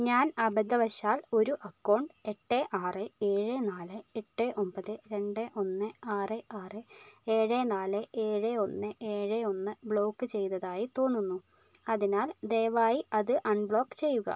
ഞാൻ അബദ്ധവശാൽ ഒരു അക്കൗണ്ട് എട്ട് ആറ് ഏഴ് നാല് എട്ട് ഒമ്പത് രണ്ട് ഒന്ന് ആറ് ആറ് ഏഴ് നാല് ഏഴ് ഒന്ന് ഏഴ് ഒന്ന് ബ്ലോക്ക് ചെയ്തതായി തോന്നുന്നു അതിനാൽ ദയവായി അത് അൺബ്ലോക്ക് ചെയ്യുക